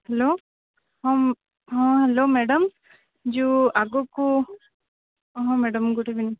hello ହଁ hello madam ଯେଉଁ ଆଗକୁ ହଁ ମ୍ୟାଡ଼ାମ୍ ଗୋଟେ ମିନିଟ୍